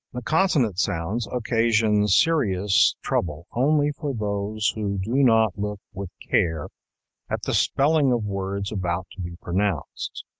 the consonant sounds occasion serious trouble only for those who do not look with care at the spelling of words about to be pronounced.